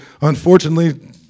unfortunately